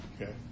okay